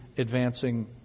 advancing